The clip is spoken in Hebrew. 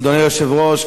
אדוני היושב-ראש,